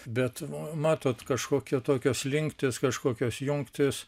bet matot kažkokio tokio slinktys kažkokios jungtys